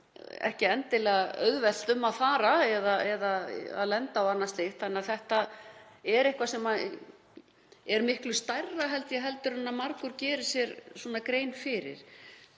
ekki endilega auðvelt um að fara eða að lenda og annað slíkt þannig að þetta er eitthvað sem er miklu stærra, held ég, en margur gerir sér grein, fyrir